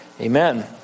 Amen